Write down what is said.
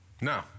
No